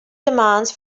demands